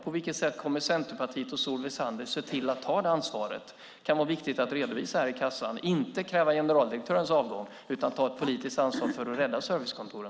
På vilket sätt kommer Centerpartiet och Solveig Zander att se till att ta det ansvaret? Det kan vara viktigt att redovisa, inte kräva generaldirektörens avgång utan ta ett politiskt ansvar för att rädda servicekontoren.